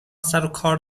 سروکار